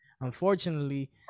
unfortunately